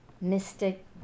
mystic